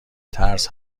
ترس